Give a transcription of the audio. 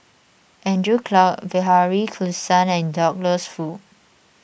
Andrew Clarke Bilahari Kausikan and Douglas Foo